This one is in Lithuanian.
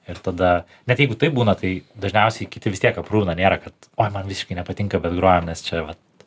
ir tada net jeigu taip būna tai dažniausiai kiti vis tiek aprūvina nėra kad oi man biškį nepatinka bet grojam nes čia vat